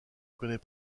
connait